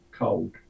cold